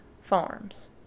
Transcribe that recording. farms